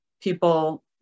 people